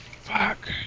Fuck